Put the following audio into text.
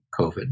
COVID